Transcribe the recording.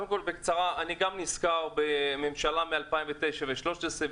אני גם נזכר בממשלה מ-2009 ומ-2013,